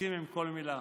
מסכים לכל מילה,